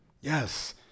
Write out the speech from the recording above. yes